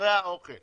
בחדרי האוכל